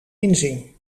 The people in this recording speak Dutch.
inzien